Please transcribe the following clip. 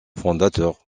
fondateurs